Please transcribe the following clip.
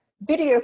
video